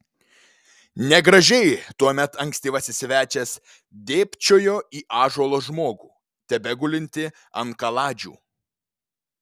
negražiai tuomet ankstyvasis svečias dėbčiojo į ąžuolo žmogų tebegulintį ant kaladžių